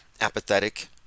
apathetic